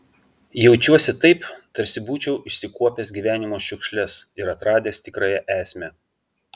jaučiuosi taip tarsi būčiau išsikuopęs gyvenimo šiukšles ir atradęs tikrąją esmę